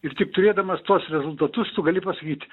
ir tik turėdamas tuos rezultatus tu gali pasakyt